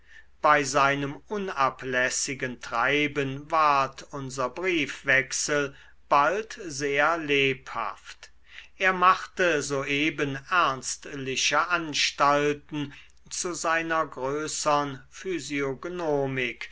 bei seinem unablässigen treiben ward unser briefwechsel bald sehr lebhaft er machte soeben ernstliche anstalten zu seiner größern